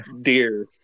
Deer